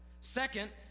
Second